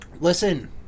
listen